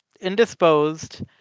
indisposed